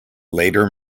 later